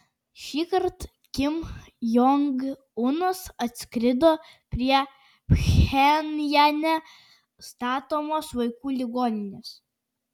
šįkart kim jong unas atskrido prie pchenjane statomos vaikų ligoninės